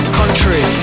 country